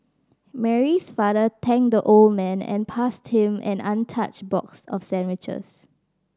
Mary's father thanked the old man and passed him an untouched box of sandwiches